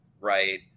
right